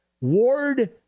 Ward